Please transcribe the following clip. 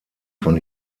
von